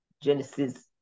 Genesis